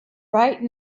right